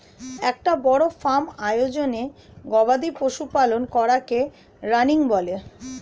একটা বড় ফার্ম আয়োজনে গবাদি পশু পালন করাকে রানিং বলে